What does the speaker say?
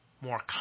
more